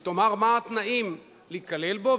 היא תאמר מה התנאים להיכלל בו,